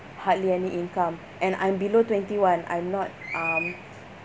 hardly any income and I'm below twenty one I'm not um